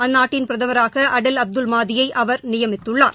அந்நாட்டின் பிரதமராக Adel Abdul மாதியை அவர் நியமித்துள்ளார்